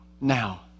now